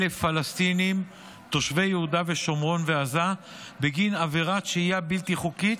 פלסטינים תושבי יהודה ושומרון ועזה בגין עבירת שהייה בלתי חוקית,